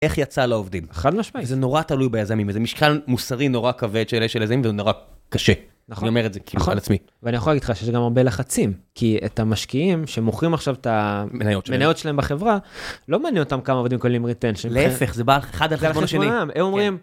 איך יצא על העובדים? חד משמעי. זה נורא תלוי ביזמים, איזה משקל מוסרי נורא כבד שיש עליהם וזה נראה קשה. נכון. אני אומר את זה כאילו על עצמי. ואני יכול להגיד לך שיש גם הרבה לחצים, כי את המשקיעים שמוכרים עכשיו את המניות שלהם בחברה, לא מעניין אותם כמה עובדים כוללים ריטנצ'. להפך, זה בא אחת אחת על השני. הם אומרים...